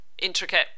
intricate